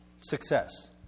Success